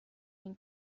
این